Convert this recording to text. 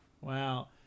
Wow